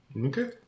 Okay